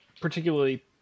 particularly